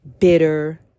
bitter